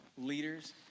leaders